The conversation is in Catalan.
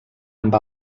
amb